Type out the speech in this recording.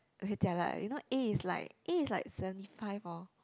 very jialat you know A is like A is like seventy five orh